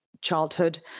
childhood